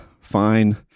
Fine